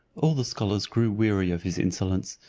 all the scholars grew weary of his insolence,